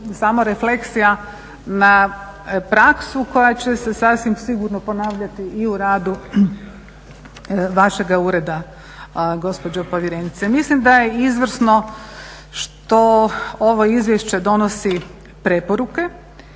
samo refleksija na praksu koja će se sasvim sigurno ponavljati i u radu vašega ureda gospođo povjerenice. Mislim da je izvrsno što ovo izvješće donosi preporuke.